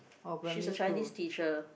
she's a Chinese teacher